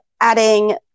adding